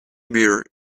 mirror